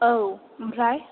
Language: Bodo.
औ ओमफ्राइ